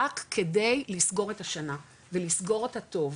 רק כדי לסגור את השנה ולסגור אותה טוב.